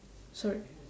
sorry